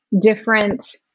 different